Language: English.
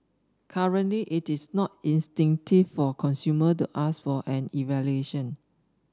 currently it is not instinctive for consumer to ask for an evaluation